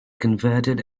converted